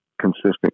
consistent